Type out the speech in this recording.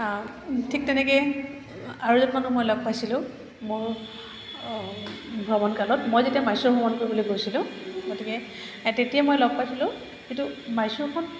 ঠিক তেনেকৈ আৰু এজন মানুহ মই লগ পাইছিলোঁ মোৰ ভ্ৰমণ কালত মই যেতিয়া মাইছৰ ভ্ৰমণ কৰিবলৈ গৈছিলোঁ গতিকে তেতিয়া মই লগ পাইছিলোঁ কিন্তু মাইছৰখন